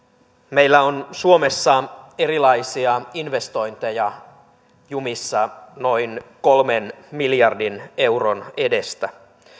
meillä on suomessa erilaisia investointeja jumissa noin kolmen miljardin euron edestä